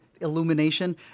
Illumination